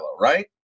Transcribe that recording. right